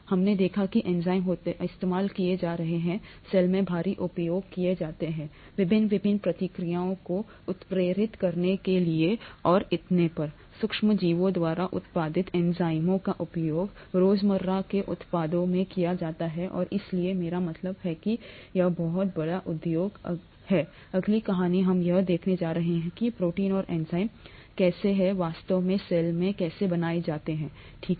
हमने देखा कि एंजाइम होते हैं इस्तेमाल किया जा रहा है सेल में भारी उपयोग किया जाता है विभिन्न विभिन्न प्रतिक्रियाओं को उत्प्रेरित करने के लिए और इतने पर सूक्ष्मजीवों द्वारा उत्पादित एंजाइमों का उपयोग रोजमर्रा के उत्पादों में किया जाता है और इसलिए मेरा मतलब है कि ए बहुत बड़ी उद्योग अगली कहानी हम यह देखने जा रहे हैं कि प्रोटीन और एंजाइम कैसे हैं वास्तव में सेल में बनाया ठीक है